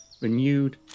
renewed